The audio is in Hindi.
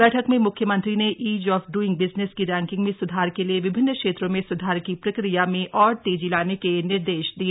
बैठक में म्ख्यमंत्री ने ईज आफ डूईग बिजनेस की रैंकिंग में स्धार के लिए विभिन्न क्षेत्रों में स्धार की प्रक्रिया में और तेजी लाने के निर्देश दिए